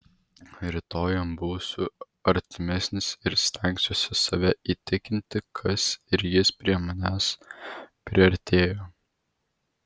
rytoj jam būsiu artimesnis ir stengsiuosi save įtikinti kas ir jis prie manęs priartėjo